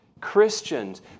Christians